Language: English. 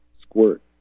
squirt